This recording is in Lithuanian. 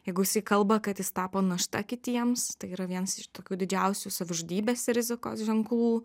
jeigu jisai kalba kad jis tapo našta kitiems tai yra viens iš tokių didžiausių savižudybės rizikos ženklų